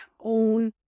own